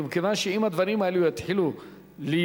מכיוון שאם הדברים יתחילו להיות,